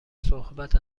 صحبت